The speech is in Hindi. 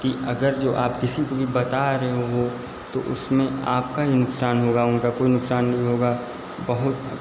कि अगर जो आप किसी को भी बता रहे हो वह तो उसमें आपका ही नुकसान होगा उनका कोई नुकसान नहीं होगा बहुत